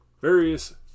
Various